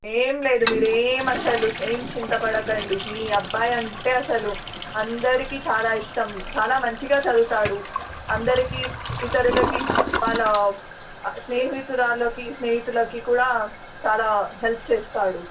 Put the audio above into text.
ఏమి లేదు మీరు ఏమి అసలు ఏమి చింత పడకండి మీ అబ్బాయి అంటే అసలు అందరికి చాలా ఇష్టం చాలా మంచిగా చదువుతాడు అందరికి ఇతరులకి వాళ్ళ స్నేహితురాలికి స్నేహితులకు కూడా చాలా హెల్ప్ చేస్తాడు